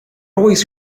always